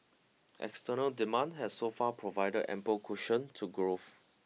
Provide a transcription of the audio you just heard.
external demand has so far provided ample cushion to growth